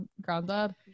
granddad